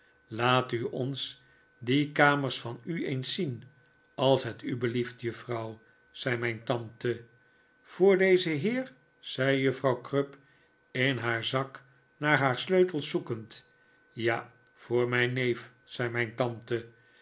laat u ons die kamers van u eens zien als het u belieft juffrouw zei mijn tante voor dezen heer zei juffrouw crupp in haar zak naar haar sleutels zoekend ja voor mijn neef zei mijn tante